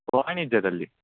ವಾಣಿಜ್ಯದಲ್ಲಿ